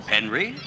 Henry